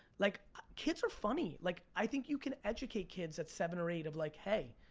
like kids are funny, like i think you can educate kids at seven or eight of like, hey,